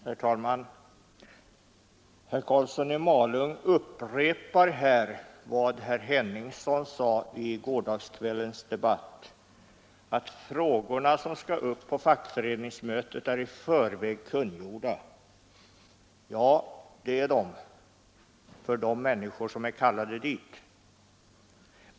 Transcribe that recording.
Herr talman! Herr Karlsson i Malung upprepar vad herr Henningsson sade i gårdagskvällens debatt, nämligen att de frågor som skall tas upp på fackföreningsmötet är i förväg kungjorda. Ja, det är de för de människor som är kallade dit.